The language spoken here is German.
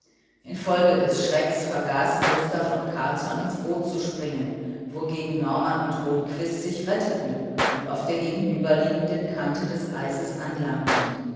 infolge des schrecks vergaßen gustav und carlsson ins boot zu springen wogegen norman und rundquist sich retteten und auf der gegenüberliegenden kante des eises anlangten